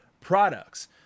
products